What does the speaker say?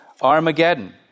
Armageddon